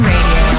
Radio